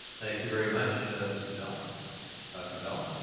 thank you very much mr. bell dr. bell.